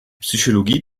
psychologie